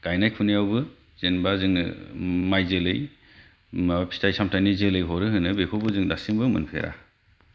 गायनाय फुनायावबो जेनेबा जोङो माइ जोलै माबा फिथाइ सामथाइनि जोलै हरो होनो बेखौबो जों दासिमबो मोनफेरा